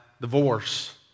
divorce